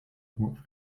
głowy